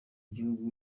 gihugu